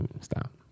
stop